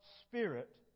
Spirit